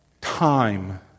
time